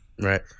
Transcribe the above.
Right